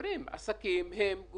חלק ממנו